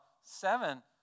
seven